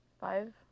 five